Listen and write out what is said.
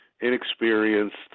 inexperienced